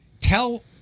tell